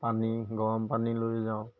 পানী গৰম পানী লৈ যাওঁ